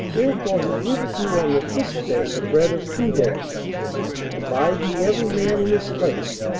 therefore he giveth you on the sixth day the bread of two days abide ye every man in his place,